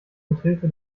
mithilfe